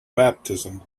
baptism